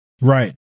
right